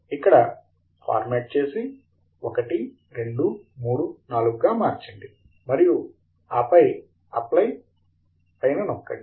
ఇక్కడ ఫార్మాట్ చేసి 1 2 3 4 గా మార్చండి మరియు అప్లై పైన నొక్కండి